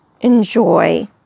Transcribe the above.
enjoy